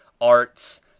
arts